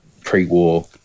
pre-war